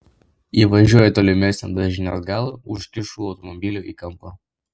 įvažiuoju į tolimesnį daržinės galą užkišu automobilį į kampą